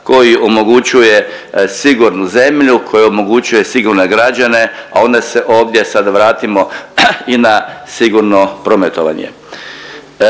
koji omogućuje sigurnu zemlju, koji omogućuje sigurne građane, a onda se ovdje sad vratimo i na sigurno prometovanje.